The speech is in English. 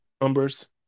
numbers